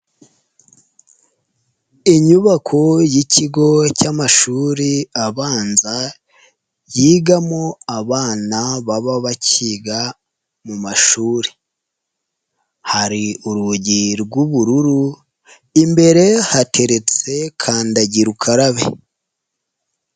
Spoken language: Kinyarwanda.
Inyubako y'ikigo cy'amashuri abanza, yigamo abana baba bakiga mu mashuri, hari urugi rw'ubururu, imbere hateretse kandagira ukarabe.